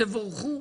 תבורכו.